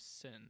sin